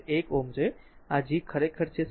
1 Ω છે આ G ખરેખર છે 0